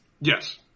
Yes